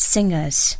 Singers